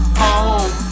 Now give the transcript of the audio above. home